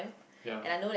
ya